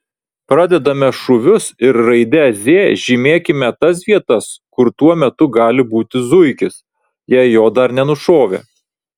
pradedame šūvius ir raide z žymėkime tas vietas kur tuo metu gali būti zuikis jei jo dar nenušovė